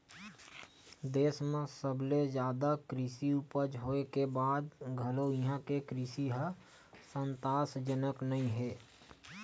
देस म सबले जादा कृषि उपज होए के बाद घलो इहां के कृषि ह संतासजनक नइ हे